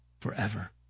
forever